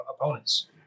opponents